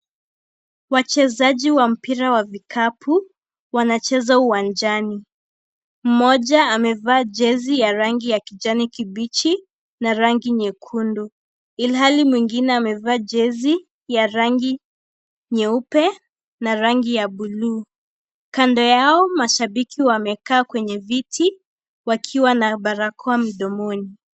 Wachezaji wa mpira wa vikapu wanacheza uwanjani, mmoja amevaa jezi ya rangi ya kijani kibichi na rangi nyekundu ilhali mwingine amevaa jezi ya rangi nyeupe na rangi ya buluu ,kando yao mashabiki wamekaa kwenye viti wakiwa na barakoa midomoni.